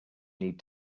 need